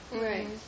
Right